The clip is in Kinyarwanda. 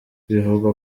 bivugwa